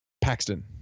Paxton